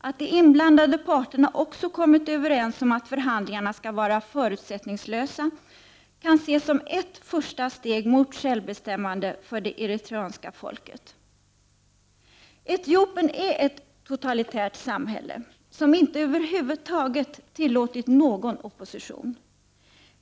Att de inblandade parterna också kommit överens om att förhandlingarna skall vara förutsättningslösa kan ses som ett första steg mot självbestämmande för det eritreanska folket. Etiopien är ett totalitärt samhälle som över huvud taget inte tillåtit någon opposition.